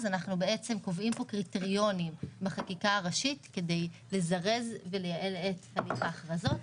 אנחנו קובעים קריטריונים בחקיקה ראשית כדי לזרז ולייעל את הליך ההכרזות.